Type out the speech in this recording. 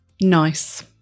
Nice